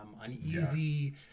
uneasy